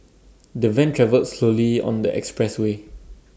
the van travelled slowly on the expressway